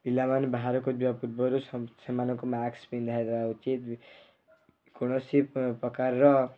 ପିଲାମାନେ ବାହାରକୁ ଯିବା ପୂର୍ବରୁ ସେମାନଙ୍କ ମାସ୍କ ପିନ୍ଧେଇବା ଉଚିତ୍ କୌଣସି ପ୍ରକାରର